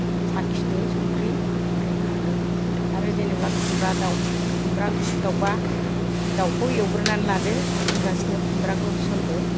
साखिदो संख्रि ओमफ्राय खांदो आरो जेनेबा खुम्ब्रा दाउ खुम्ब्रा दाउबा दाउखौ एवग्रोनानै लादो ओइबासैनो खुम्ब्राखौ होसनदो